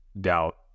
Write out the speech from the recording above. doubt